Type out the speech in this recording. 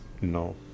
No